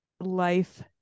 life